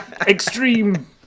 Extreme